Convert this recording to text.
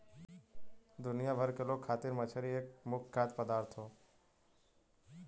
दुनिया भर के लोग खातिर मछरी एक मुख्य खाद्य पदार्थ हौ